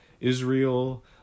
Israel